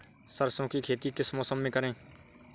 सरसों की खेती किस मौसम में करें?